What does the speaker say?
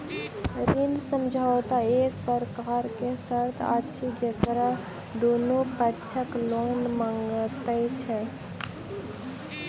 ऋण समझौता एक प्रकारक शर्त अछि जकरा दुनू पक्षक लोक मानैत छै